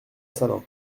salins